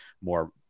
more